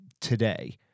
today